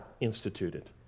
instituted